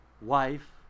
wife